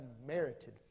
unmerited